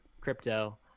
crypto